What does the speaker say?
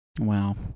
Wow